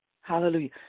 Hallelujah